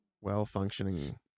Well-functioning